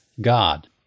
God